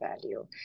value